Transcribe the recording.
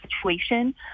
situation